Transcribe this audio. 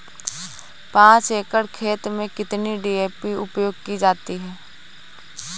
पाँच एकड़ खेत में कितनी डी.ए.पी उपयोग की जाती है?